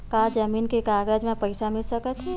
का जमीन के कागज म पईसा मिल सकत हे?